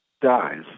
dies